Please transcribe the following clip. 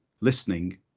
listening